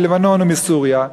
מלבנון ומסוריה,